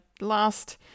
last